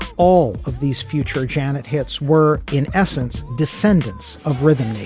all of these future janet hits were in essence descendants of rhythm